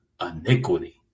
iniquity